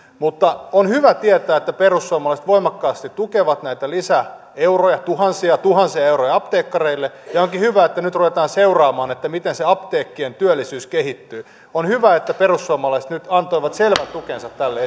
mutta on hyvä tietää että perussuomalaiset voimakkaasti tukevat näitä lisäeuroja tuhansia tuhansia euroja apteekkareille ja ja onkin hyvä että nyt ruvetaan seuraamaan miten se apteekkien työllisyys kehittyy on hyvä että perussuomalaiset nyt antoivat selvän tukensa tälle